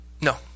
No